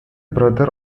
brother